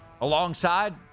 Alongside